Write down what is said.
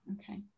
Okay